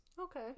Okay